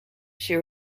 she